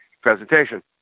presentation